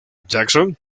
jackson